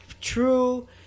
true